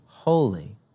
Holy